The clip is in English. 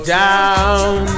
down